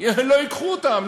לא ייקחו אותם,